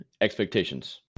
expectations